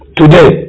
today